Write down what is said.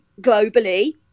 globally